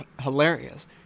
hilarious